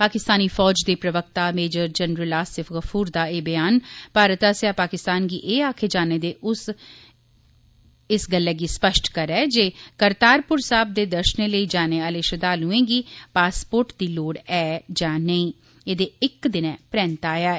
पाकिस्तानी फौज दे प्रवक्ता मेजर जनरल आसिफ गफूर दा एह् बयान भारत आसेआ पाकिस्तान गी एह् आखे जाने जे ओह् इस गल्लै गी स्पष्ट करै जे करतारपुर साहिब दे दर्शने लेई जाने आह्ले श्रद्वालुएं गी पासपोर्ट दी लोड़ ऐ यां नेई एह्दे इक दिनै परैन्त आया ऐ